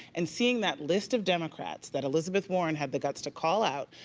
and seeing that list of democrats that elizabeth warren had the guts to call out,